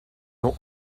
ont